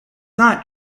not